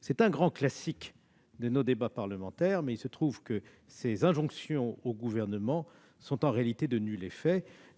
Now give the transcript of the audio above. C'est un grand classique de nos débats parlementaires, mais il se trouve que ces injonctions au Gouvernement ont un effet nul,